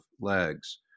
legs